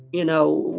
you know,